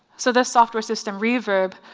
so this software system, reverb,